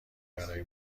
برای